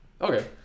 Okay